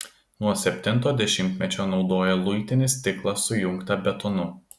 nuo septinto dešimtmečio naudoja luitinį stiklą sujungtą betonu